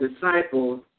disciples